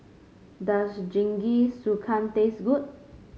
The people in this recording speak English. does Jingisukan taste good